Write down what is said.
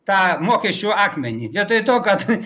tą mokesčių akmenį vietoj to kad